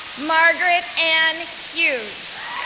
margaret ann hughes,